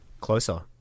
Closer